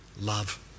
love